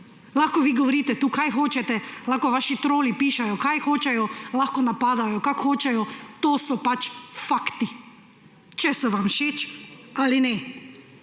Lahko vi govorite tukaj kar hočete, lahko vaši troli pišejo, kar hočejo, lahko napadajo, kakor hočejo, to so pač fakti. Če so vam všeč ali ne.